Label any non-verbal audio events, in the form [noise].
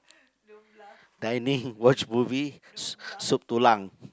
[breath] dining watch movie sup tulang